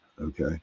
okay